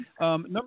Number